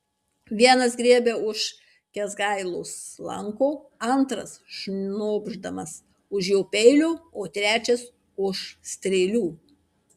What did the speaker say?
vienas griebia už kęsgailos lanko antras šnopšdamas už jo peilio o trečias už strėlių